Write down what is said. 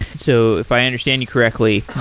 so if i understand you correctly,